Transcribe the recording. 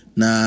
na